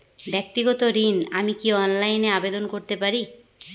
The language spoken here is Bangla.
ব্যাক্তিগত ঋণ আমি কি অনলাইন এ আবেদন করতে পারি?